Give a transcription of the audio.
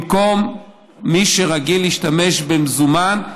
בשביל מי שרגיל להשתמש במזומן,